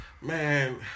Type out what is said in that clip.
Man